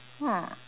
hmm